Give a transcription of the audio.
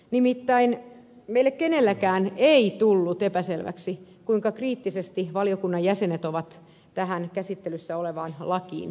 nimittäin meille kenellekään ei jäänyt epäselväksi kuinka kriittisesti valiokunnan jäsenet ovat tähän käsittelyssä olevaan lakiin suhtautuneet